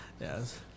Yes